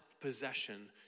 possession